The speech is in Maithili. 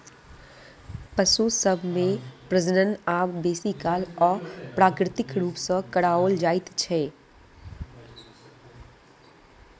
पशु सभ मे प्रजनन आब बेसी काल अप्राकृतिक रूप सॅ कराओल जाइत छै